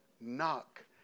Knock